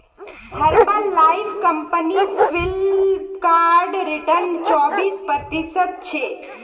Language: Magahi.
herbal life company Flipkart return चोबीस प्रतिशतछे